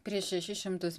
prieš šešis šimtus